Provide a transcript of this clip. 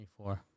24